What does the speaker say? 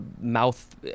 mouth